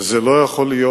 וזה לא יכול להיות.